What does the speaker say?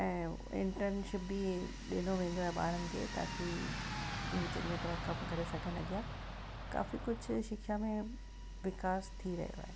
ऐं इंट्रर्नशिप बि ॾिनो वेंदो आहे ॿारनि खे ताकी तूं चङी तरह कमु करे सघनि अॻियां काफ़ी कुझु शिक्षा में विकास थी रहियो आहे